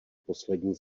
poslední